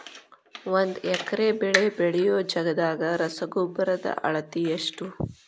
ಒಂದ್ ಎಕರೆ ಬೆಳೆ ಬೆಳಿಯೋ ಜಗದಾಗ ರಸಗೊಬ್ಬರದ ಅಳತಿ ಎಷ್ಟು?